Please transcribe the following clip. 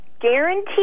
Guaranteed